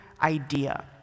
idea